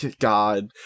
god